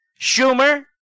Schumer